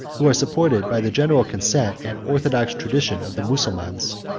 who are supported by the general consent and orthodox tradition of the mussulmans,